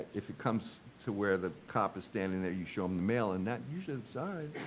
if it comes to where the cop is standing there you show them the mail and that usually so